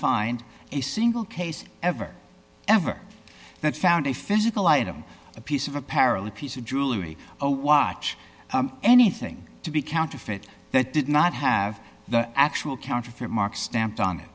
find a single case ever ever that found a physical item a piece of apparently piece of jewelry a watch anything to be counterfeit that did not have the actual counterfeit mark stamped on it